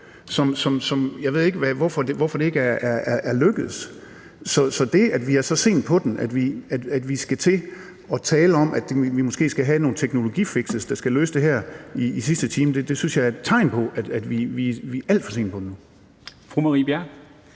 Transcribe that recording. Jeg ved ikke, hvorfor det ikke er lykkedes. Så det, at vi er dér, hvor vi skal til at tale om, at vi måske skal have nogle teknologifix, der skal løse det her i sidste time, synes jeg er et tegn på, at vi er alt for sent på den.